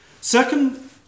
Second